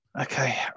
Okay